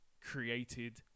created